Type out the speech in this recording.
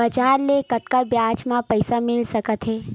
बजार ले कतका ब्याज म पईसा मिल सकत हे?